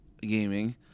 gaming